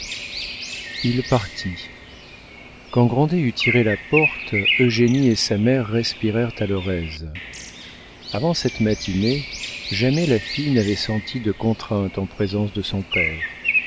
il partit quand grandet eut tiré la porte eugénie et sa mère respirèrent à leur aise avant cette matinée jamais la fille n'avait senti de contrainte en présence de son père